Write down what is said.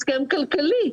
כלכלי.